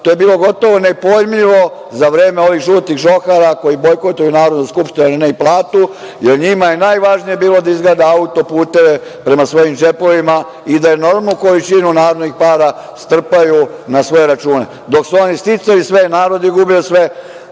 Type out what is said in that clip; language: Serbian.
je bilo gotovo nepojmljivo za vreme ovih žutih žohara koji bojkotuju Narodnu skupštinu ali ne i platu, jer njima je najvažnije bilo da izgrade auto-puteve prema svojim džepovima i da enormnu količinu narodnih para strpaju na svoje račune. Dok su oni sticali sve, narod je gubio sve. Na